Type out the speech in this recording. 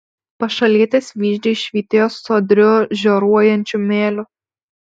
pašalietės vyzdžiai švytėjo sodriu žioruojančiu mėliu